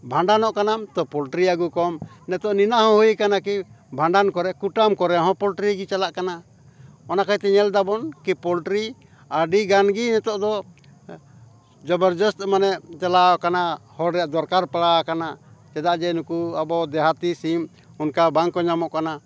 ᱵᱷᱟᱸᱰᱟᱱᱚᱜ ᱠᱟᱱᱟᱢ ᱛᱚ ᱯᱚᱞᱴᱨᱤ ᱟᱹᱜᱩ ᱠᱚᱢ ᱱᱤᱛᱳᱜ ᱱᱤᱱᱟᱹᱜ ᱦᱚᱸ ᱦᱩᱭ ᱠᱟᱱᱟ ᱠᱤ ᱵᱷᱟᱸᱰᱟᱱ ᱠᱚᱨᱮᱫ ᱠᱩᱴᱟᱹᱢ ᱠᱚᱨᱮᱫ ᱦᱚᱸ ᱯᱚᱞᱴᱨᱤ ᱜᱮ ᱪᱟᱞᱟᱜ ᱠᱟᱱᱟ ᱚᱱᱟ ᱠᱷᱟᱹᱛᱤᱨ ᱛᱮ ᱧᱮᱞ ᱫᱟᱵᱚᱱ ᱠᱤ ᱯᱚᱞᱴᱨᱤ ᱟᱹᱰᱤ ᱜᱟᱱ ᱜᱮ ᱱᱤᱛᱳᱜ ᱫᱚ ᱡᱚᱵᱚᱨᱡᱚᱥᱛ ᱢᱟᱱᱮ ᱪᱟᱞᱟᱣ ᱟᱠᱟᱱᱟ ᱦᱚᱲ ᱨᱮᱱᱟᱜ ᱫᱚᱨᱠᱟᱨ ᱯᱟᱲᱟᱣ ᱟᱠᱟᱱᱟ ᱪᱮᱫᱟᱜ ᱥᱮ ᱱᱩᱠᱩ ᱟᱵᱚ ᱫᱮᱦᱟᱛᱤ ᱥᱤᱢ ᱚᱱᱠᱟ ᱵᱟᱝ ᱠᱚ ᱧᱟᱢᱚᱜ ᱠᱟᱱᱟ